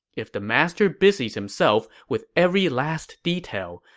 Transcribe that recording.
if the master busies himself with every last detail,